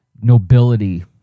nobility